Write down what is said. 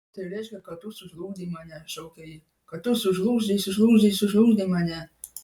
tai reiškia kad tu sužlugdei mane šaukė ji kad tu sužlugdei sužlugdei sužlugdei mane